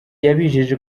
yabijeje